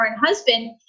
husband